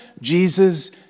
Jesus